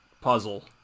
puzzle